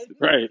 Right